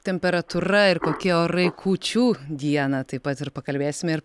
temperatūra ir kokie orai kūčių dieną taip pat ir pakalbėsime ir